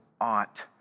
ought